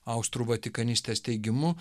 austrų vatikanistės teigimu